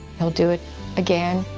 do it again.